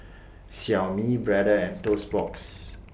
Xiaomi Brother and Toast Box